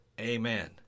Amen